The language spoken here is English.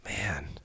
Man